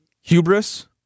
hubris